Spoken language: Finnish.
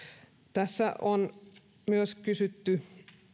tässä on kysytty